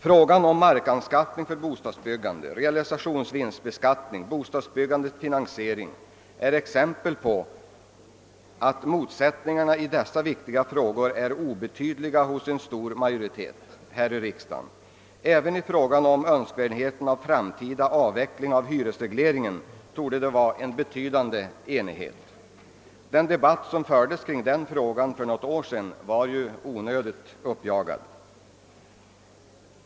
Frågorna om markanskaffning för bostadsbyggande, realisationsvinstbeskattning och bostadsbyggandets finansiering är exempel på att motsättningarna i dessa viktiga hänseenden är obetydliga hos en stor majoritet här i riksdagen. Även i fråga om önskvärdheten av en framtida avveckling av hyresregleringen torde det råda betydande enighet. Den debatt som fördes om den frågan för något år sedan var onödigt uppjagad.